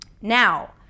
Now